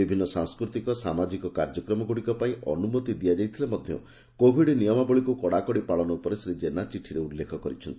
ବିଭିନ୍ ସାଂସ୍କୃତିକ ସାମାଜିକ କାର୍ଯ୍ୟକ୍ରମଗୁଡ଼ିକ ପାଇଁ ଅନୁମତି ଦିଆଯାଇଥିଲେ ମଧ୍ଧ କୋଭିଡ୍ ନିୟମାବଳୀକୁ କଡାକଡି ପାଳନ ଉପରେ ଶ୍ରୀ ଜେନା ଚିଠିରେ ଉଲ୍ଲେଖ କରିଛନ୍ତି